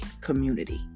community